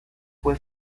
fue